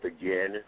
again